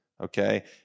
okay